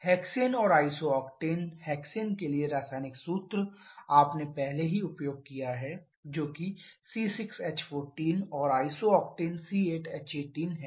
hexane और isooctane hexane के लिए रासायनिक सूत्र आपने पहले ही उपयोग किया है जो कि C6H14 और isooctane C8H18 है